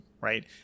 right